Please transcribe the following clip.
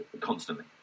constantly